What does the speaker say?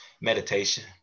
meditation